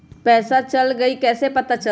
पैसा चल गयी कैसे पता चलत?